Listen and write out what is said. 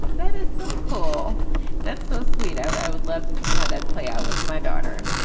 that is so cool that's so sweet. i would love to see how that plays out with my daughter.